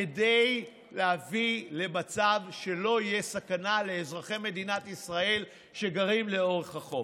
כדי להביא למצב שלא תהיה סכנה לאזרחי מדינת ישראל שגרים לאורך החוף.